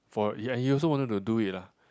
for ya he also wanted to do it lah